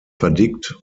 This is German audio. verdickt